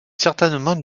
certainement